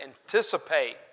anticipate